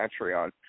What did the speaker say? Patreon